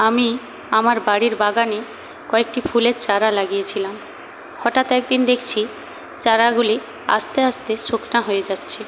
আমি আমার বাড়ির বাগানে কয়েকটি ফুলের চারা লাগিয়েছিলাম হঠাৎ একদিন দেখছি চারাগুলি আস্তে আস্তে শুকনো হয়ে যাচ্ছে